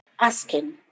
asking